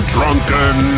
Drunken